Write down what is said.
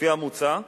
לפי המוצע,